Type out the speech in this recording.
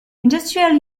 industrial